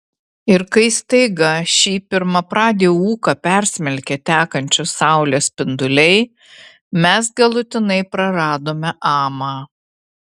ir kai staiga šį pirmapradį ūką persmelkė tekančios saulės spinduliai mes galutinai praradome amą